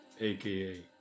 AKA